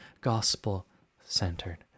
gospel-centered